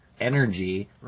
energy